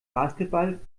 basketball